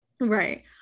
Right